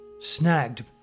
snagged